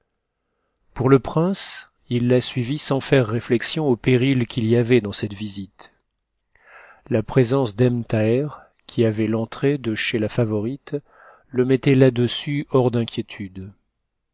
pour le prince il la suivit sans faire réflexion au péril qu'il y avait dans cette visite la présence d'ebn thaher qui avait l'entrée de chez la favorite le mettait ià dessus hors d'inquiétude